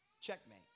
checkmate